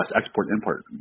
export-import